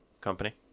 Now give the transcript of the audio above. company